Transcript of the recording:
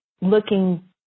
looking